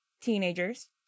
teenagers